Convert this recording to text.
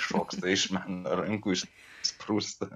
šoksta iš mano rankų išsprūsta